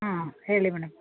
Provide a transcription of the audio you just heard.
ಹ್ಞೂ ಹೇಳಿ ಮೇಡಮ್